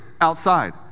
outside